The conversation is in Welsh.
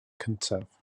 cyntaf